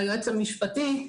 היועץ המשפטי,